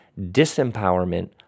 Disempowerment